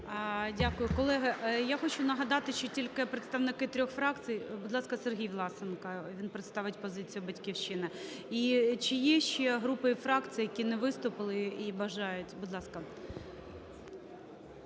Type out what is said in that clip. Дякую. Колеги, я хочу нагадати, що тільки представники трьох фракцій. Будь ласка, Сергій Власенко. Він представить позицію "Батьківщини". І чи є ще групи і фракції, які не виступили і бажають?